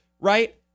right